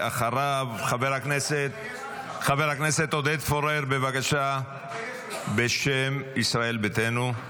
אחריו, חבר הכנסת עודד פורר בשם ישראל ביתנו,